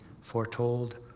foretold